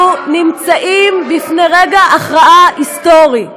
אנחנו נמצאים בפני רגע הכרעה היסטורי,